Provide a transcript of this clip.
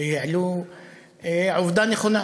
שהעלו עובדה נכונה: